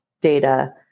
data